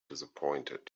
disappointed